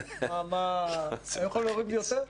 היו יכולים להוריד יותר.